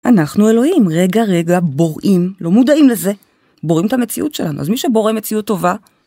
אנחנו אלוהים. רגע, רגע, בוראים. לא מודעים לזה. בוראים את המציאות שלנו. אז מי שבורא מציאות טובה...